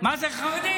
מיהו חרדי?